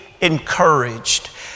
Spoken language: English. encouraged